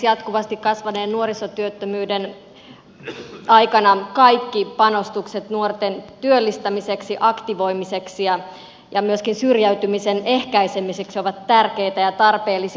jatkuvasti kasvaneen nuorisotyöttömyyden aikana kaikki panostukset nuorten työllistämiseksi ja aktivoimiseksi ja myöskin syrjäytymisen ehkäisemiseksi ovat tärkeitä ja tarpeellisia